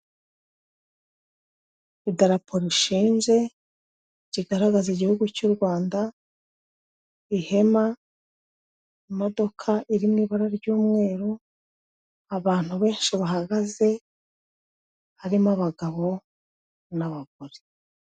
Idarapo rishinze kigaragaza igihugu cy'u Rwanda, ihema, imodoka iri mu ibara ry'umweru, abantu benshi bahagaze harimo abagabo n'abagore.